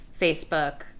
Facebook